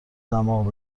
دماغ